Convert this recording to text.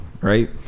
right